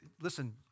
Listen